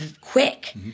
quick